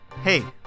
Hey